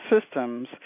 systems